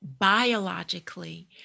biologically